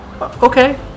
Okay